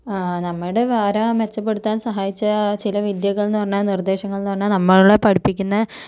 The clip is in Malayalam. നമ്മുടെ വര മെച്ചപ്പെടുത്താൻ സഹായിച്ച ചില വിദ്യകളെന്ന് പറഞ്ഞാൽ നിർദേശങ്ങളെന്ന് പറഞ്ഞാൽ നമ്മളെ പഠിപ്പിക്കുന്ന